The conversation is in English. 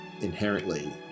inherently